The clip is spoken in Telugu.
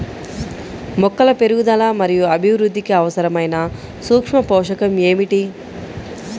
మొక్కల పెరుగుదల మరియు అభివృద్ధికి అవసరమైన సూక్ష్మ పోషకం ఏమిటి?